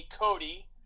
Cody